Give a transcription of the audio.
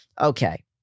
Okay